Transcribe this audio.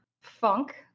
Funk